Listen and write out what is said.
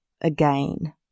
again